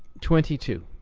twenty two.